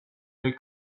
del